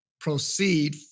proceed